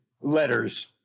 letters